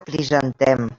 crisantem